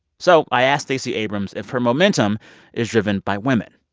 so i asked stacey abrams if her momentum is driven by women.